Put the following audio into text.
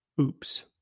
Oops